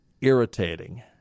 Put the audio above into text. irritating